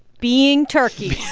being turkeys